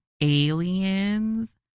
aliens